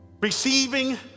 receiving